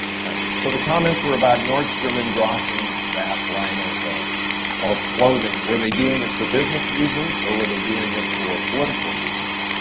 right, so the comments were about nordstrom, and dropping that line of of clothing. were they doing it for business reasons? or were they doing it for political reasons?